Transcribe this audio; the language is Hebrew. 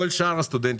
לכן זה לא הפתרון.